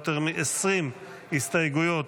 מאיר כהן,